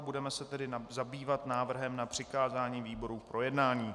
Budeme se tedy zabývat návrhem na přikázání výborům k projednání.